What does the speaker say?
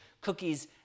Cookies